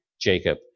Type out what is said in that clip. Jacob